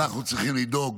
אנחנו צריכים לדאוג